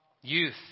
youth